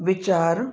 वीचार